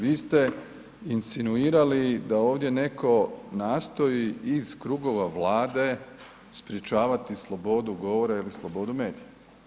Vi ste insinuirali da ovdje netko nastoji iz krugova Vlade sprečavati slobodu govora ili slobodu medija.